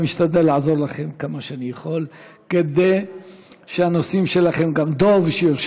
שם ישראלים שהחוקים הבסיסיים כמו מס הכנסה וביטוח לאומי ושירות